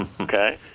Okay